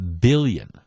billion